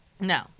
No